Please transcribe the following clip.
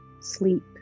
sleep